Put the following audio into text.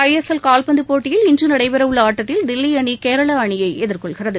ஐ S L கால்பந்து போட்டியில் இன்று நடைபெறவுள்ள ஆட்டத்தில் தில்லி அணி கேரளா அணியை எதிர்கொள்கிறது